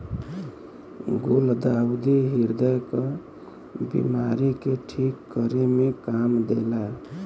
गुलदाउदी ह्रदय क बिमारी के ठीक करे में काम देला